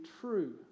true